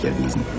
erwiesen